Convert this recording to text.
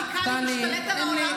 האסלאם הרדיקלי משתלט על העולם,